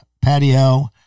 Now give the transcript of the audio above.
patio